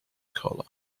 collar